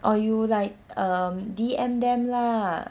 or you like um D_M them lah